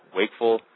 wakeful